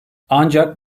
ancak